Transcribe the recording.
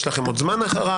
יש לכם עוד זמן אחריו,